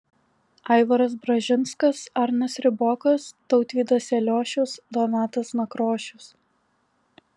aivaras bražinskas arnas ribokas tautvydas eliošius donatas nakrošius